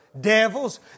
devils